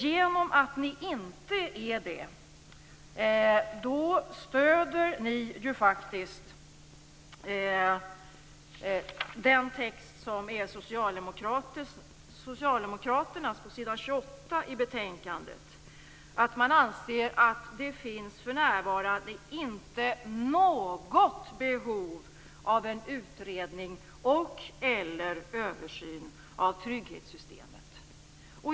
Genom att ni inte är det, stöder ni ju faktiskt socialdemokraternas text på s. 28 i betänkandet där det står att man anser att "det för närvarande inte föreligger något behov av en utredning och/eller översyn av trygghetssystemet."